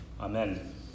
Amen